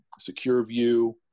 SecureView